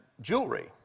jewelry